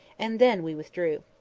and then we withdrew.